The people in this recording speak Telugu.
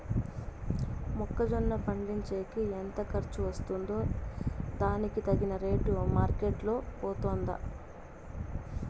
మొక్క జొన్న పండించేకి ఎంత ఖర్చు వస్తుందో దానికి తగిన రేటు మార్కెట్ లో పోతుందా?